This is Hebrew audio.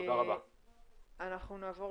נעבור